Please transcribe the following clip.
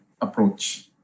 approach